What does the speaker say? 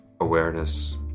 awareness